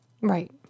right